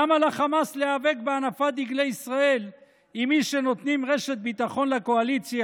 למה לחמאס להיאבק בהנפת דגלי ישראל אם מי שנותנים רשת ביטחון לקואליציה,